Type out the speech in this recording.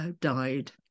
died